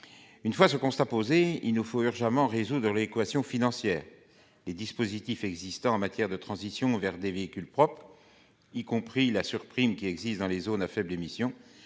Une fois ce constat dressé, il nous faut urgemment résoudre l'équation financière. Les dispositifs existants en matière de transition vers des véhicules propres, y compris la surprime dans les zones à faibles émissions,